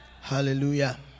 hallelujah